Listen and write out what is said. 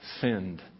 sinned